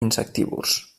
insectívors